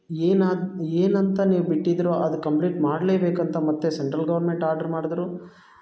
ಏನಾಗ್ ಏನಂತ ನೀವು ಬಿಟ್ಟಿದ್ದೀರೋ ಅದು ಕಂಪ್ಲೀಟ್ ಮಾಡಲೇಬೇಕಂತ ಮತ್ತೆ ಸೆಂಟ್ರಲ್ ಗೋರ್ಮೆಂಟ್ ಆರ್ಡ್ರ್ ಮಾಡಿದ್ರು